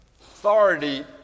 authority